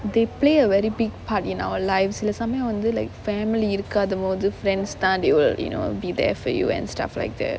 they play a very big part in our lives சில சமயம் வந்து:sila samayam vanthu like family இருக்காத போது:irukkaatha pothu friends தான்:thaan they will you know I'll be there for you and stuff like that